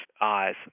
eyes